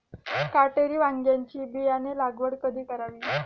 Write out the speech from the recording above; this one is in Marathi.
काटेरी वांग्याची बियाणे लागवड कधी करावी?